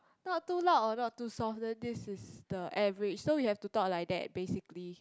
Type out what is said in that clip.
not too loud or not too soft then this is the average so we have to talk like that basically